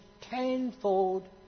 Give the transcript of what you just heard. tenfold